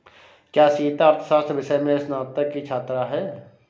क्या सीता अर्थशास्त्र विषय में स्नातक की छात्रा है?